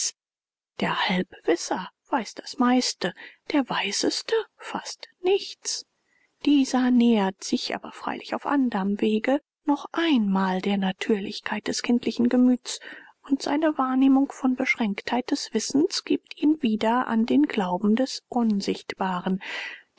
der halbwisser weiß das meiste der weiseste fast nichts dieser nähert sich aber freilich auf anderm wege noch einmal der natürlichkeit des kindlichen gemüts und seine wahrnehmung von beschränktheit des wissens gibt ihn wieder an den glauben des unsichtbaren